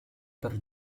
per